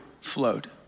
flowed